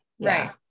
Right